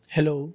Hello